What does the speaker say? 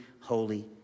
holy